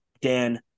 dan